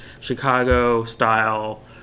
Chicago-style